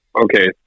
Okay